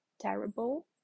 terrible